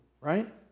right